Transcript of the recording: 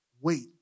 wait